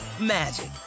magic